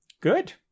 Good